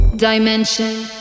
Dimension